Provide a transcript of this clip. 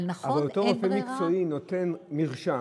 אבל אותו רופא מקצועי נותן מרשם,